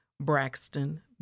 Braxton